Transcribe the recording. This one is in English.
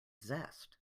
zest